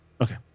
Okay